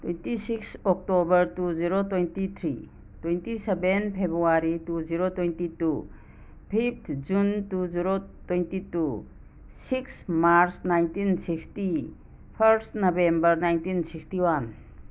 twenty six October two zero twenty three twenty seven February two zero twenty two fifth June two zero twenty two six March nineteen sixty first November nineteen sixty one